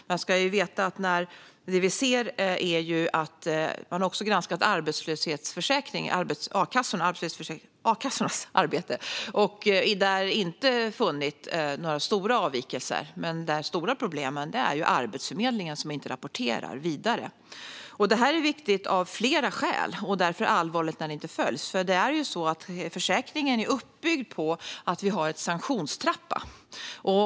Man har ju också granskat a-kassornas arbete och där inte funnit några stora avvikelser. Det stora problemet är Arbetsförmedlingen, som inte rapporterar vidare. Det här är viktigt av flera skäl och därför allvarligt när det inte följs. Försäkringen är ju uppbyggd på att vi har en sanktionstrappa.